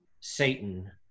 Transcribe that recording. Satan